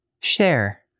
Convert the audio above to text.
Share